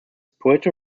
puerto